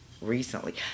recently